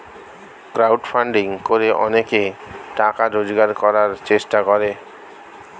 crowd funding করে অনেকে টাকা রোজগার করার চেষ্টা করে